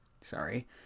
sorry